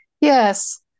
Yes